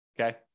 Okay